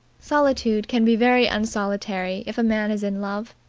solitude can be very unsolitary if a man is in love.